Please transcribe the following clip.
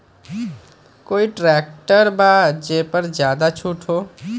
कोइ ट्रैक्टर बा जे पर ज्यादा छूट हो?